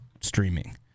streaming